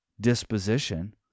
disposition